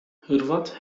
hırvat